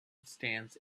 stands